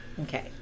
Okay